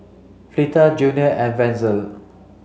Fleta Junia and Wenzel